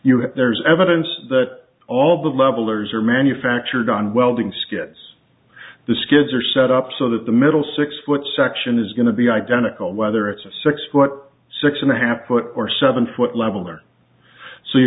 europe there's evidence that all the levelers are manufactured on welding skids the skids are set up so that the middle six foot section is going to be identical whether it's a six foot six and a half foot or seven foot level or so you